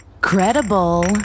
Credible